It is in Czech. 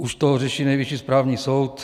Už to řeší Nejvyšší správní soud.